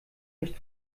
nicht